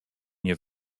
nie